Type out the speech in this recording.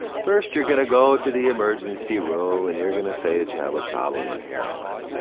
first you're gonna go to the emergency room and you're gonna say that you have a problem with heroin.